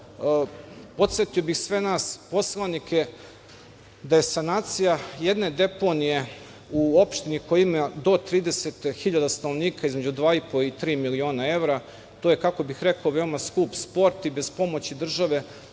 posao. Podsetio bih sve nas poslanike da je sanacije jedne deponije u opštini koja ima do 30 hiljada stanovnika između dva i po i tri miliona evra, to je kako bih rekao veoma skup sport i bez pomoći države